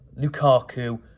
Lukaku